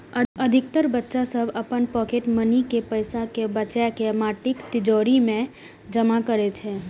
अधिकतर बच्चा सभ अपन पॉकेट मनी के पैसा कें बचाके माटिक तिजौरी मे जमा करै छै